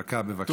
דקה, בבקשה.